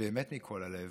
באמת מכל הלב,